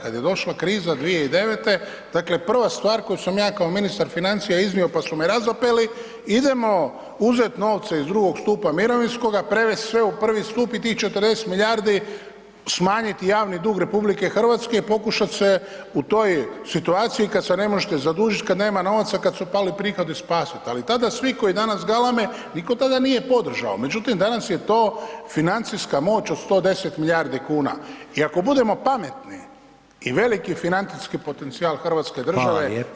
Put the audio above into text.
Kad je došla kriza 2009., dakle prva stvar koju sam ja kao ministar financija iznio pa su me razapeli, idemo uzet novce iz II. stupa mirovinskoga, prevest sve u I. stup i tih 40 milijardi smanjiti javni dug RH i pokušat se u toj situaciji kad se ne možete zadužit, kad nema novaca, kad su pali prihodi, spasit ali tada svi koji danas galame, nitko tada nije podržao međutim danas je to financijska moć od 110 milijardi kuna i ako budemo pametni je veliki financijski potencijal hrvatske države i hrvatskih umirovljenika.